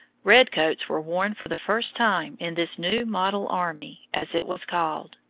red coats were worn for the first time in this new model army, as it was called.